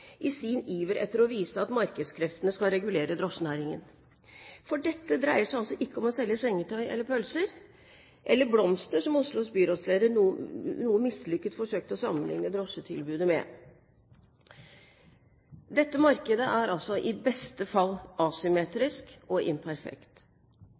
i sin iver etter å vise at markedskreftene skal regulere drosjenæringen. For dette dreier seg altså ikke om å selge sengetøy eller pølser – eller blomster, som Oslos byrådsleder noe mislykket forsøkte å sammenligne drosjetilbudet med. Dette markedet er altså i beste fall